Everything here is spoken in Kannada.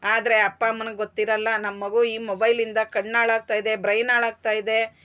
ಆದ್ರೆ ಅಪ್ಪ ಅಮ್ಮನ್ಗ್ ಗೊತ್ತಿರಲ್ಲ ನಮ್ ಮಗು ಈ ಮೊಬೈಲಿಂದ ಕಣ್ ಹಾಳ್ ಆಗ್ತಾ ಇದೆ ಬ್ರೈನ್ ಹಾಳ್ ಆಗ್ತಾ ಇದೆ